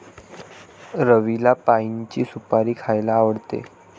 रवीला पाइनची सुपारी खायला आवडते